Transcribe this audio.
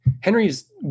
Henry's